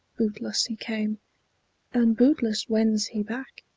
bootless he came and bootless wends he back,